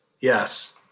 Yes